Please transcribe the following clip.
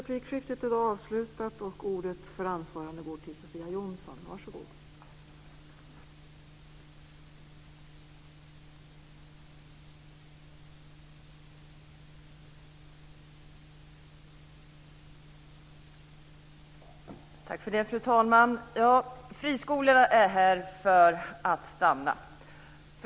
Fru talman! Friskolorna är här för att stanna.